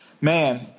Man